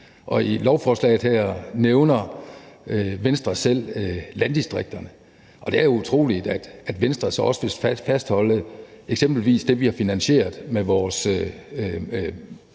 I lovforslaget her nævner Venstre selv landdistrikterne, og det er da utroligt, at Venstre så også vil fastholde eksempelvis det, vi har finansieret med vores